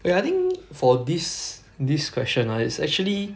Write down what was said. wait I think for this this question ah it's actually